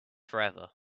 forever